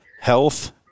health